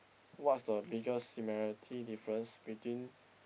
what's the biggest similarity difference between